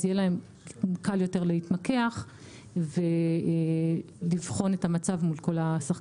אז יהיה להם קל יותר להתמקח ולבחון את המצב מול כל השחקנים.